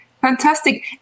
Fantastic